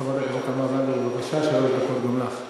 חברת הכנסת תמר זנדברג, בבקשה, שלוש דקות גם לך.